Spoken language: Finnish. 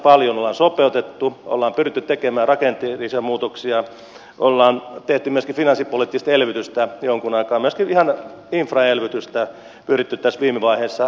paljon olemme sopeuttaneet olemme pyrkineet tekemään rakenteellisia muutoksia olemme tehneet myöskin finanssipoliittista elvytystä jonkun aikaa myöskin ihan infraelvytystä pyrkineet tässä viime vaiheessa vahvistamaan